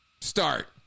Start